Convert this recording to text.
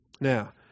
Now